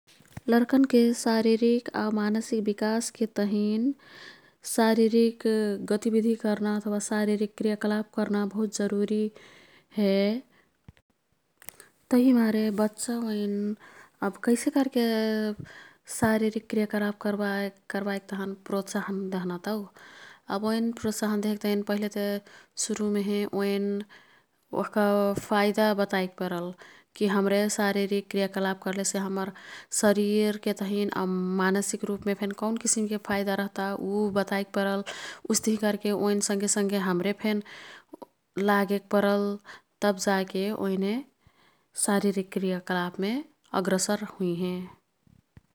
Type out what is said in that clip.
लर्कनके शारीरिक आउ मानसिक विकासके तहिन शारीरिक गतिबिधि कर्ना अथवा शारीरिक क्रियाकलाप कर्ना बहुत जरुरी हे। तभिमारे बच्चा ओईन् अब कैसे कर्के शारीरिक क्रियाकलाप कर्बाइक् तहन प्रोत्साहन दह्ना तौ। अब ओईन प्रोत्साहन देहेक तहिन पहिलेते सुरुमेहे ओईन् ओह्का फाइदा बताईक् परल की हाम्रे शारीरिक क्रियाकलाप कर्ले से हम्मर शरीरके तहिन आउ मानसिक रुपमे फेन कौन किसिमके फाइदा रह्ता उ बताईक् परल। उस्तिही कर्के ओइन संगे संगे हमरे फेन लागेक् परल। तब जाके ओइने शारीरिक क्रियाकलापमे अग्रसर हुइहें।